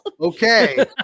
Okay